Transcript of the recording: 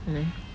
there